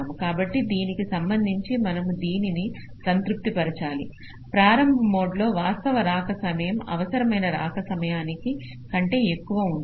కాబట్టి దీనికి సంబంధించి మనము దానిని సంతృప్తి పరచాలి ప్రారంభ మోడ్లో వాస్తవ రాక సమయం అవసరమైన రాక సమయానికికంటే ఎక్కువ ఉంటుంది